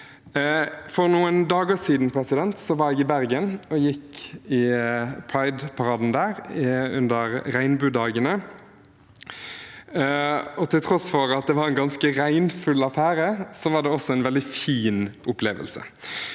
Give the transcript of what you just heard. For noen dager siden var jeg i Bergen og gikk i prideparaden der under Regnbuedagene. Til tross for at det var en ganske regnfull affære, var det en veldig fin opplevelse.